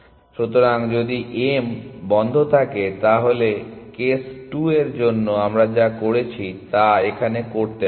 সুতরাং যদি m প্রথমে বন্ধ থাকে তাহলে কেস 2 এর জন্য আমরা যা করেছি তা আমাদের এখানে করতে হবে